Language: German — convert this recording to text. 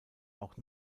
auch